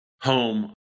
home